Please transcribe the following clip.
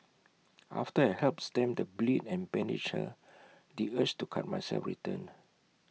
after I helped stem the bleed and bandaged her the urge to cut myself returned